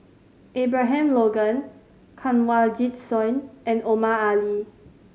Abraham Logan Kanwaljit Soin and Omar Ali